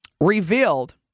revealed